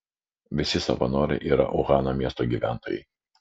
visi savanoriai yra uhano miesto gyventojai